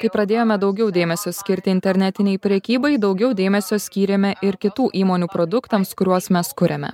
kai pradėjome daugiau dėmesio skirti internetinei prekybai daugiau dėmesio skyrėme ir kitų įmonių produktams kuriuos mes kuriame